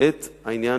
את עניין